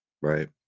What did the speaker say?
Right